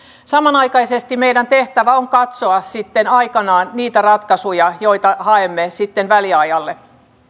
samanaikaisesti meidän tehtävämme on katsoa sitten aikanaan niitä ratkaisuja joita haemme sitten väliajalle